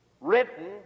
written